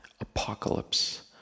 Apocalypse